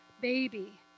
baby